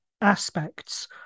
aspects